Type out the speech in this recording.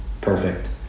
perfect